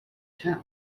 town